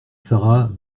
sara